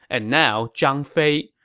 and now zhang fei.